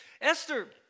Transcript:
Esther